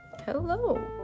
hello